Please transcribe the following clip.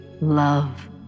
Love